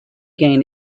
gain